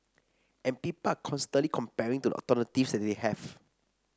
and people are constantly comparing to the alternatives that they have